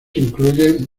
incluyen